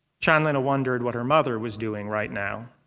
chanlina wondered what her mother was doing right now.